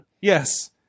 Yes